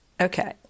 Okay